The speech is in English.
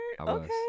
okay